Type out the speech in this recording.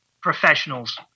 professionals